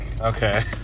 okay